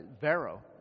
Vero